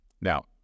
Now